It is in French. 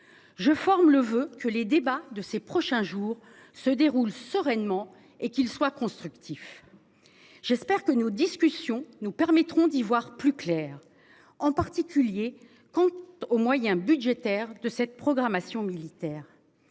Je forme le voeu que les débats de ces prochains jours se déroule sereinement et qu'il soit constructif. J'espère que nos discussions nous permettront d'y voir plus clair en particulier. Aux moyens budgétaires de cette programmation militaire.